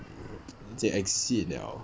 直接 exceed liao